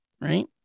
Right